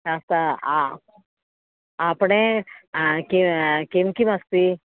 नास्ता आ आपणे किं किं किमस्ति